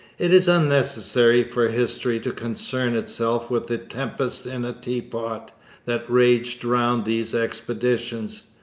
it is unnecessary for history to concern itself with the tempest in a teapot that raged round these expeditions.